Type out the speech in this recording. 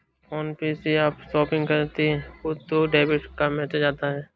phone पे से आप शॉपिंग करते हो तो डेबिट का मैसेज आता है